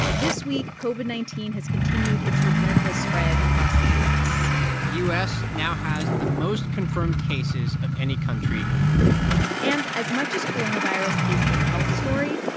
this week covid nineteen has continued its relentless spread across the u s the u s. now has the most confirmed cases of any country in the world and as much as coronavirus is a health story,